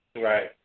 Right